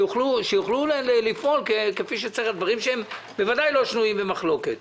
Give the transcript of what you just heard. שיוכלו לפעול כפי שצריך על דברים שהם בוודאי לא שנויים במחלוקת.